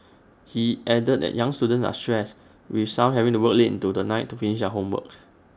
he added that young students are stressed with some having to work late into the night to finish their homework